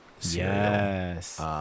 Yes